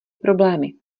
problémy